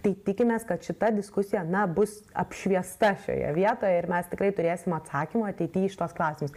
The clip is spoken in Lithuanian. tai tikimės kad šita diskusija na bus apšviesta šioje vietoje ir mes tikrai turėsime atsakymą ateity į šituos klausimus